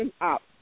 Up